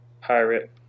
pirate